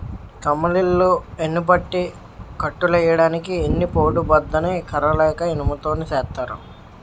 కమ్మలిల్లు యెన్నుపట్టి కట్టులెయ్యడానికి ఎన్ని పోటు బద్ద ని కర్ర లేక ఇనుము తోని సేత్తారు